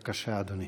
בבקשה, אדוני.